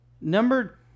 Number